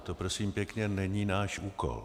To prosím pěkně není náš úkol.